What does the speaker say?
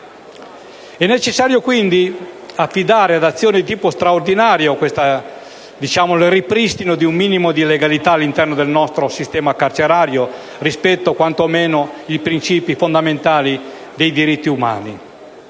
È necessario quindi affidare ad un'azione di tipo straordinario il ripristino di un minimo di legalità all'interno del nostro sistema carcerario rispetto, quanto meno, ai principi fondamentali dei diritti umani.